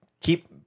keep